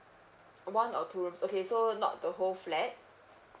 one or two rooms okay so not the whole flat